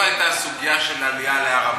לא הייתה סוגיה של עלייה להר-הבית.